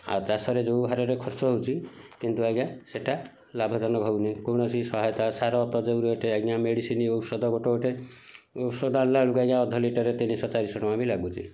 ଆଉ ଚାଷରେ ଯେଉଁ ହାରରେ ଖର୍ଚ୍ଚ ହେଉଛି କିନ୍ତୁ ଆଜ୍ଞା ସେଇଟା ଲାଭଜନକ ହଉନି କୌଣସି ସହାୟତା ସାର ତ ଯେଉଁ ରେଟ୍ ଆଜ୍ଞା ମେଡ଼ିସିନ୍ ଔଷଧ ଗୋଟେ ଗୋଟେ ଔଷଧ ଆଣିଲାବେଳକୁ ଆଜ୍ଞା ଅଧ ଲିଟର ତିନିଶହ ଚାରିଶହ ଟଙ୍କା ବି ଲାଗୁଛି